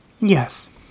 Yes